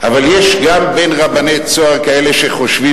אבל יש גם בין רבני "צהר" כאלה שחושבים